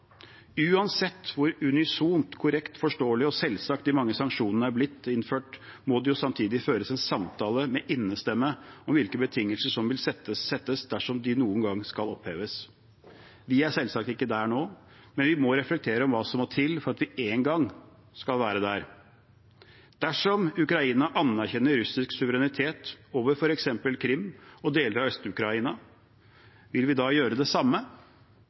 Uansett hvor unisont korrekt, forståelig og selvsagt de mange sanksjonene er blitt innført, må det samtidig føres en samtale med innestemme om hvilke betingelser som vil settes dersom de noen gang skal oppheves. Vi er selvsagt ikke der nå, men vi må reflektere over hva som må til for at vi en gang skal være der. Dersom Ukraina anerkjenner russisk suverenitet over f.eks. Krym og deler av Øst-Ukraina, vil vi da gjøre det samme?